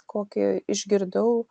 kokį išgirdau